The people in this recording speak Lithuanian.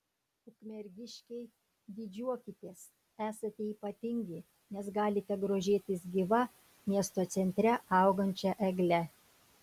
ukmergiškiai didžiuokitės esate ypatingi nes galite grožėtis gyva miesto centre augančia egle